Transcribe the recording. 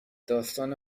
داستان